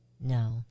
No